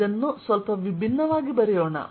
ಇದನ್ನು ಸ್ವಲ್ಪ ವಿಭಿನ್ನವಾಗಿ ಬರೆಯೋಣ